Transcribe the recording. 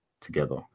together